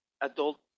adult